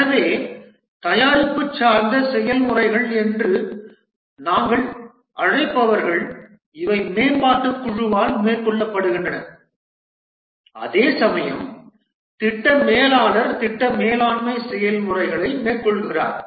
எனவே தயாரிப்பு சார்ந்த செயல்முறைகள் என்று நாங்கள் அழைப்பவர்கள் இவை மேம்பாட்டுக் குழுவால் மேற்கொள்ளப்படுகின்றன அதேசமயம் திட்ட மேலாளர் திட்ட மேலாண்மை செயல்முறைகளை மேற்கொள்கிறார்